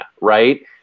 right